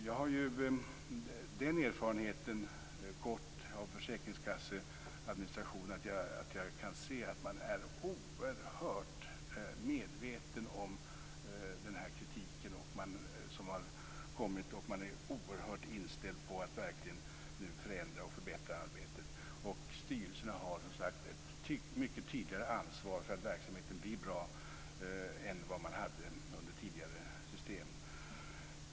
Jag har ju den erfarenheten av försäkringskasseadministrationen att jag kan se att man är oerhört medveten om kritiken som har kommit och man är oerhört inställd på att verkligen förändra och förbättra arbetet. Styrelserna har som sagt ett mycket tydligare ansvar för att verksamheten blir bra än vad man hade under tidigare system.